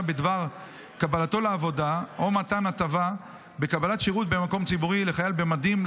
בדבר קבלתו לעבודה או מתן הטבה בקבלת שירות במקום ציבורי לחייל במדים,